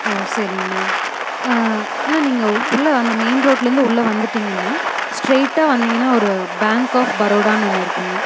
ஓ சரிங்கண்ணா அண்ணா நீங்கள் உள்ள அந்த மெயின் ரோட்டிலேருந்து உள்ள வந்துட்டிங்கனா ஸ்ட்ரெயிட்டாக வந்தீங்கனா ஒரு பேங்க் ஆஃப் பரோடான்னு ஒன்று இருக்குதுங்க